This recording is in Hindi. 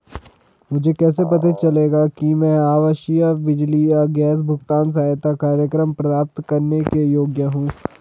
मुझे कैसे पता चलेगा कि मैं आवासीय बिजली या गैस भुगतान सहायता कार्यक्रम प्राप्त करने के योग्य हूँ?